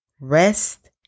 rest